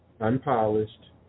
unpolished